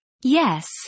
Yes